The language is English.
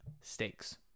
stakes